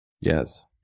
Yes